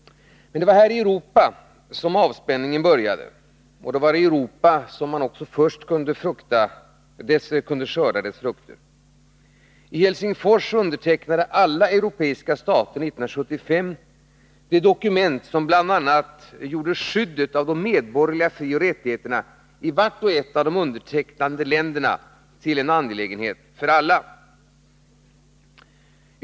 Det var i Europa avspänningen började. Och det var i Europa som dess frukter först kunde skördas. I Helsingfors undertecknade alla europeiska stater 1975 det dokument som bl.a. gjorde skyddet av de medborgerliga frioch rättigheterna i vart och ett av de undertecknande länderna till en angelägenhet för alla.